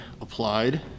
applied